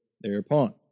thereupon